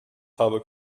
habe